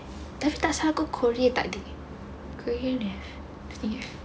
daftar sekali korea takde korea uh